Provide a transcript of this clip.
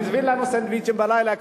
אפילו הזמין לנו סנדוויצ'ים בלילה,